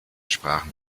sprachen